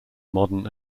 modern